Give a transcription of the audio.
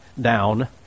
down